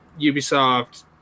Ubisoft